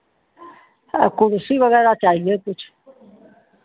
आपको कुर्सी वगैरह चाहिए कुछ